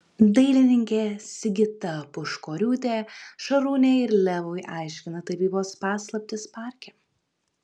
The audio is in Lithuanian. dailininkė sigita puškoriūtė šarūnei ir levui aiškina tapybos paslaptis parke